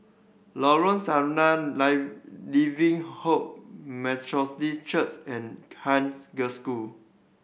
Lorong Sarina Living Hope Methodist Church and Haig Girls' School